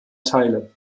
teile